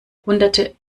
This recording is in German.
hunderte